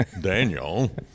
Daniel